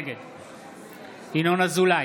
נגד ינון אזולאי,